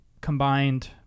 combined